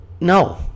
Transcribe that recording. No